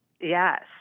Yes